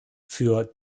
für